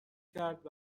کرد